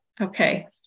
Okay